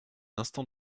instant